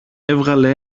έβγαλε